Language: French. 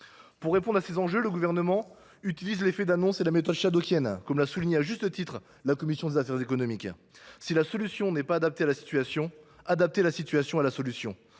Pour répondre à ces enjeux, le Gouvernement utilise l’effet d’annonce et la méthode des Shadoks, comme l’a souligné à juste titre la commission des affaires économiques :« Si la solution n’est pas adaptée à la situation, adaptez la situation à la solution.